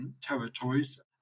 territories